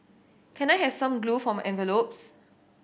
can I have some glue for my envelopes